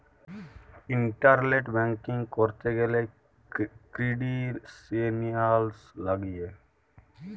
internet banking ক্যরতে গ্যালে credentials লাগিয়ে